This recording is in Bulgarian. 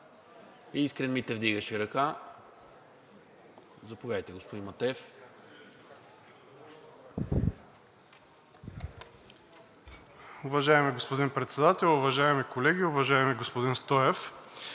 Искрен Митев вдигаше ръка. Заповядайте, господин Матеев.